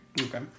Okay